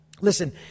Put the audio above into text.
Listen